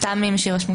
"טעמים שיירשמו".